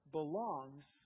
belongs